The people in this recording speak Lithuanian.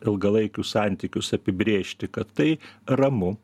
ilgalaikius santykius apibrėžti kad tai ramu